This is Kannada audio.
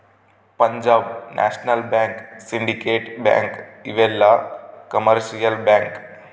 Punjab National Bank Syndicate Bank ಇವೆಲ್ಲ ಕಮರ್ಶಿಯಲ್ ಬ್ಯಾಂಕ್